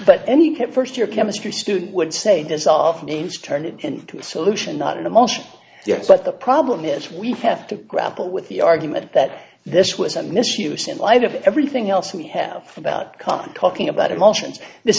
but any kept first year chemistry student would say dissolve names turn it into a solution not an emotion yes but the problem is we have to grapple with the argument that this was a misuse in light of everything else we have about con talking about emotions this